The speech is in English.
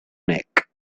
neck